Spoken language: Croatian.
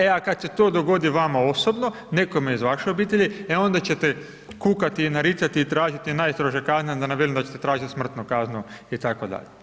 E a kada se to dogodi vama osobno, nekome iz vaše obitelji e onda ćete kukati i naricati i tražiti najstrože kazne a da ne velim da ćete tražiti smrtnu kaznu itd.